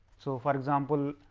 so, for example,